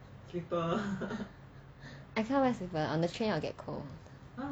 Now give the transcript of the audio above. I cannot wear slipper on the train I will get cold